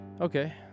Okay